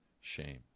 shame